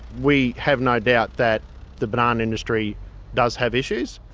we have no doubt that the banana industry does have issues.